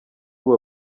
ubu